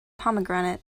pomegranate